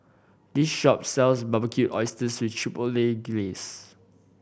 this shop sells Barbecued Oysters with Chipotle Glaze